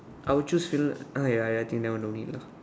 I will choose Finland I ya ya I think that one no need lah